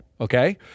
okay